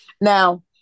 Now